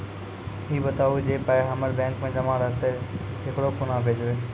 ई बताऊ जे पाय हमर बैंक मे जमा रहतै तऽ ककरो कूना भेजबै?